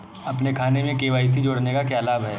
अपने खाते में के.वाई.सी जोड़ने का क्या लाभ है?